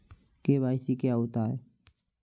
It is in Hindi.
के.वाई.सी क्या होता है?